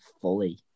fully